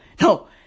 No